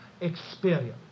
experience